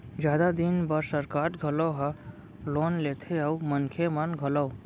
जादा दिन बर सरकार घलौ ह लोन लेथे अउ मनखे मन घलौ